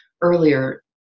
earlier